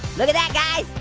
look at that guys.